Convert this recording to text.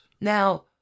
Now